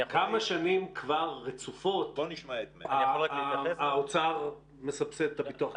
כמה שנים רצופות האוצר מסבסד את הביטוח.